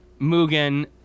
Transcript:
Mugen